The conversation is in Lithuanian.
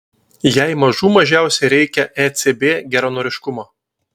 jai mažų mažiausiai reikia ecb geranoriškumo